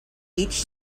each